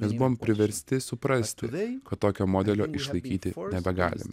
mes buvom priversti suprasti kad tokio modelio išlaikyti nebegalim